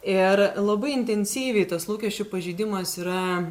ir labai intensyviai tas lūkesčių pažeidimas yra